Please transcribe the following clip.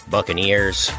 Buccaneers